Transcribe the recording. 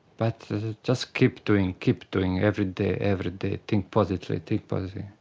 but just keep doing, keep doing every day, every day, think positive, ah think positive.